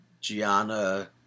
Gianna